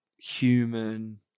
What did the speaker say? human